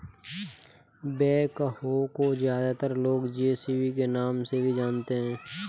backhoe को ज्यादातर लोग जे.सी.बी के नाम से भी जानते हैं